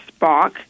Spock